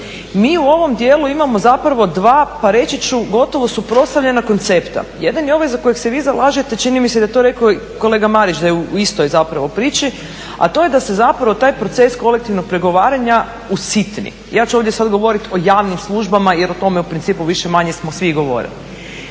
Mi u ovom djelu imamo zapravo 2, pa reći ću gotovo suprotstavljena koncepta. Jedan je ovaj za kojeg se vi zalažete, čini mi se da je to rekao kolega Marić, da je u istoj zapravo priči, a to je da se zapravo taj proces kolektivnog pregovaranja usitni. Ja ću ovdje sad govoriti o javnim službama, jer o tome u principu više-manje samo svi govorili.